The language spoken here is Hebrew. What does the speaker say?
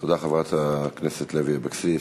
תודה, חברת הכנסת לוי אבקסיס.